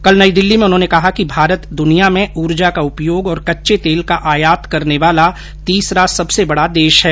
कल नई दिल्ली में उन्होंने कहा कि भारत दनिया में ऊर्जा का उपयोग और कच्चे तेल का आयात करने वाला तीसरा सबसे बडा देश है